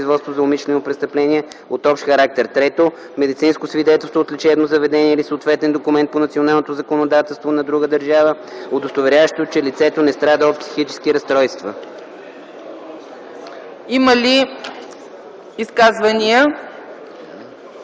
Има ли изказвания